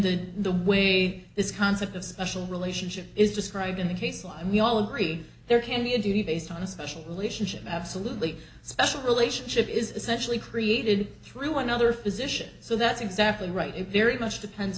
then the way this concept of special relationship is described in the case law and we all agree there can be indeed based on a special relationship absolutely special relationship is essentially created through another physician so that's exactly right it very much depends